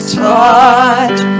taught